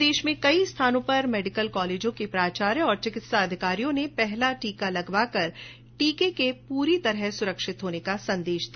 प्रदेश में कई स्थानों पर मेडिकल कॉलेज के प्राचार्य और चिकित्सा अधिकारियों ने पहला टीका लगवाकर टीके के पूरी तरह से सुरक्षित होने का संदेश दिया